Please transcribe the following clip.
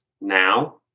now